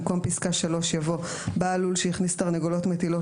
במקום פסקה (3) יבוא: "(3)בעל לול שהכניס תרנגולות מטילות